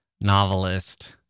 novelist